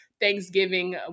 Thanksgiving